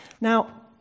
Now